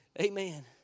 Amen